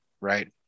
right